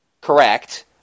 correct